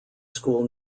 school